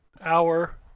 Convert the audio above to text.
hour